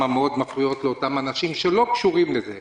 מאוד מפריעות לאותם אנשים שלא קשורים לזה.